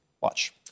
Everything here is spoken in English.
Watch